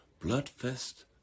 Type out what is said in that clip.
Bloodfest